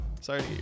Sorry